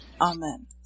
Amen